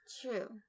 true